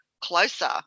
closer